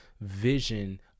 vision